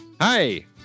Hi